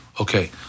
Okay